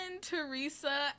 Teresa